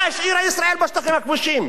מה השאירה ישראל בשטחים הכבושים?